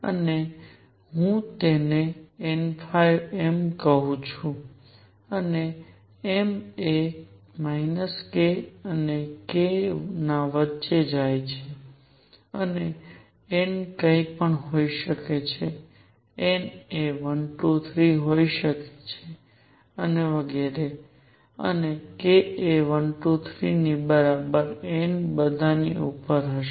અને હું તેને nm કહું છું અને m એ k અને k ના વચ્ચે જાય છે અને n કંઈ પણ હોઈ શકે છે n એ 1 2 3 હોઈ શકે છે અને વગેરે અને k એ 1 2 3 ની બરાબર n બધાની ઉપર હશે